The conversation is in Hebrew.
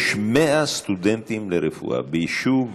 יש 100 סטודנטים לרפואה ביישוב.